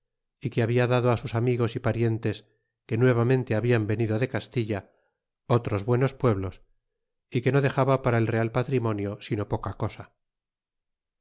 y que habla dado á sus amigos y parientes que nuevamente hablan venido de castilla otros buenos pueblos que no dexaba para el real patrimonio sino poca cosa